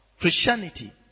Christianity